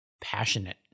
passionate